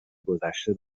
گدشته